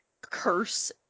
curse